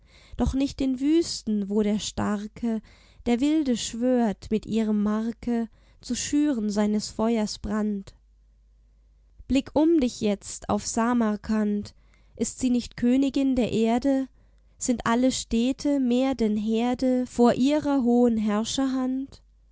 doch nicht in wüsten wo der starke der wilde schwört mit ihrem marke zu schüren seines feuers brand blick um dich jetzt auf samarkand ist sie nicht königin der erde sind alle städte mehr denn herde vor ihrer hohen